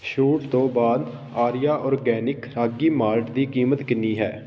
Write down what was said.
ਛੂਟ ਤੋਂ ਬਾਅਦ ਆਰੀਆ ਔਰਗੈਨਿਕ ਰਾਗੀ ਮਾਲਟ ਦੀ ਕੀਮਤ ਕਿੰਨੀ ਹੈ